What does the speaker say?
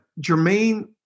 Jermaine